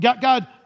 God